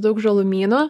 daug žalumynų